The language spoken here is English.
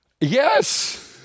Yes